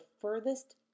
furthest